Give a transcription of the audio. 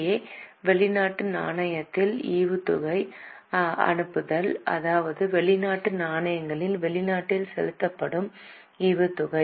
ஏ வெளிநாட்டு நாணயத்தில் ஈவுத்தொகை அனுப்புதல் அதாவது வெளிநாட்டு நாணயத்தில் வெளிநாட்டில் செலுத்தப்படும் ஈவுத்தொகை